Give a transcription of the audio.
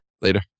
Later